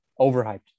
Overhyped